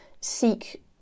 Seek